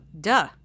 Duh